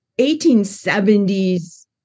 1870s